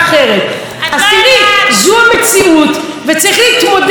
אז תראי, זו המציאות וצריך להתמודד איתה.